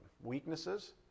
weaknesses